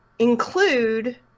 Include